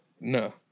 No